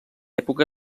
època